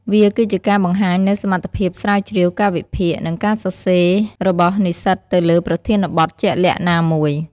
វាគឺជាការបង្ហាញនូវសមត្ថភាពស្រាវជ្រាវ ការវិភាគ និងការសរសេររបស់និស្សិតទៅលើប្រធានបទជាក់លាក់ណាមួយ។